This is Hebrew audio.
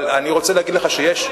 אבל אני רוצה להגיד לך שיש,